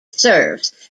serves